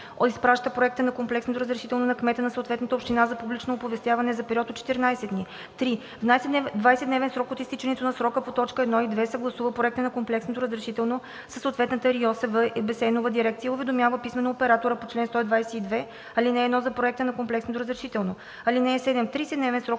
изпраща проекта на комплексно разрешително на кмета на съответната община за публично оповестяване за период от 14 дни; 3. в 20-дневен срок от изтичането на срока по т. 1 и 2 съгласува проекта на комплексно разрешително със съответната РИОСВ и басейнова дирекция и уведомява писмено оператора по чл. 122, ал. 1 за проекта на комплексно разрешително. (7) В 30-дневен срок